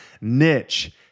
niche